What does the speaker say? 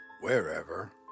...wherever